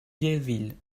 vieilleville